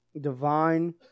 divine